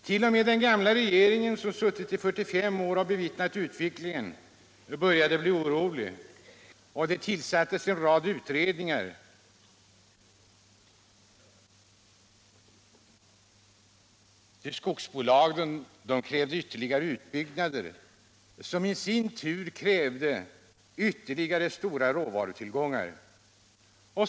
T. o. m. den gamla regeringen, som suttit i nästan 45 år och bevittnat utvecklingen, började bli orolig, och det tillsattes en rad utredningar. Skogsbolagen fordrade nämligen ytterligare utbyggnader, som i sin tur krävde ytterligare stora råvarutillgångar.